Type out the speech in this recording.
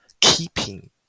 keeping